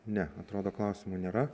ne atrodo klausimų nėra